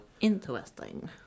Interesting